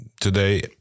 today